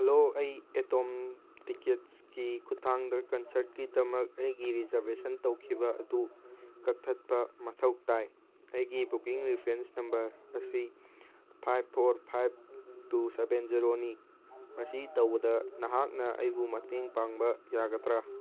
hello ꯑꯩ ꯑꯦꯇꯣꯝ ꯇꯤꯀꯦꯠꯁꯀꯤ ꯈꯨꯠꯊꯥꯡꯗ ꯀꯟꯁꯔꯇꯀꯤꯗꯃꯛ ꯑꯩꯒꯤ ꯔꯤꯖꯥꯔꯕꯦꯁꯟ ꯇꯧꯈꯤꯕ ꯑꯗꯨ ꯀꯛꯊꯠꯄ ꯃꯊꯧ ꯇꯥꯏ ꯑꯩꯒꯤ ꯕꯨꯛꯀꯤꯡ ꯔꯤꯐ꯭ꯔꯦꯟꯁ ꯅꯝꯕꯔ ꯑꯁꯤ five four five two seven ꯖꯤꯔꯣꯅꯤ ꯃꯁꯤ ꯇꯧꯕꯗ ꯅꯍꯥꯛꯅ ꯑꯩꯕꯨ ꯃꯇꯦꯡ ꯄꯥꯡꯕ ꯌꯥꯒꯗ꯭ꯔꯥ